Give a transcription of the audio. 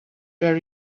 were